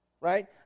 right